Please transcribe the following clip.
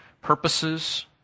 purposes